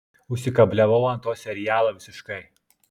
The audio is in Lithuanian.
užsikabliavau ant to serialo visiškai